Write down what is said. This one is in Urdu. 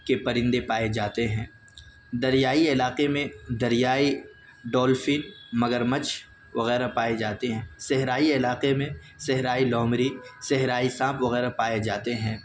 کے پرندے پائے جاتے ہیں دریائی علاقے میں دریائی ڈولفن مگرمچھ وغیرہ پائے جاتے ہیں صحرائی علاقے میں صحرائی لومڑی صحرائی سانپ وغیرہ پائے جاتے ہیں